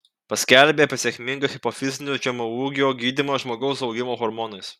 paskelbė apie sėkmingą hipofizinio žemaūgio gydymą žmogaus augimo hormonais